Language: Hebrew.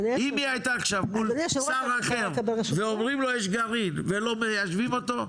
אם היא הייתה עכשיו מול שר אחר ואומרים לו יש גרעין ולא מיישבים אותו,